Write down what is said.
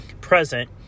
present